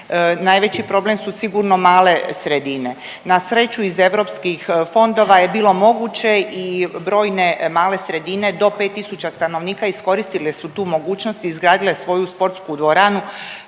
najveći problem su sigurno male sredine, na sreću iz europskih fondova je bilo moguće i brojene male sredine do 5 tisuća stanovnika iskoristile su tu mogućnost i izgradile svoju sportsku dvoranu